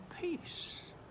peace